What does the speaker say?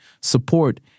support